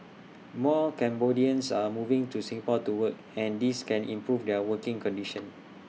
more Cambodians are moving to Singapore to work and this can improve their working conditions